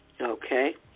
okay